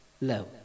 love